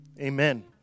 amen